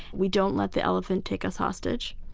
we don't let the elephant take us hostage,